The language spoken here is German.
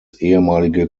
ehemalige